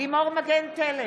לימור מגן תלם,